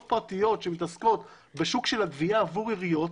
פרטיות שמתעסקות בשוק של הגבייה עבור עיריות,